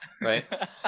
Right